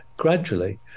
gradually